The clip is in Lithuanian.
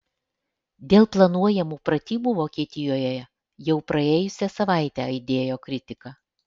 dėl planuojamų pratybų vokietijoje jau praėjusią savaitę aidėjo kritika